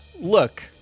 look